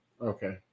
Okay